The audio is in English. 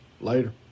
Later